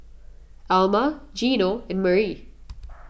Alma Gino and Marie